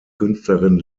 künstlerin